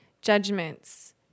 Judgments